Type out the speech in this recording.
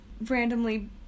randomly